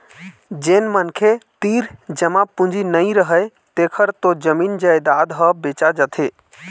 जेन मनखे तीर जमा पूंजी नइ रहय तेखर तो जमीन जयजाद ह बेचा जाथे